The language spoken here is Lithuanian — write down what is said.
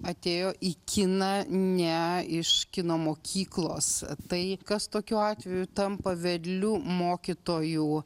atėjo į kiną ne iš kino mokyklos tai kas tokiu atveju tampa vedliu mokytoju